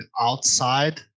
outside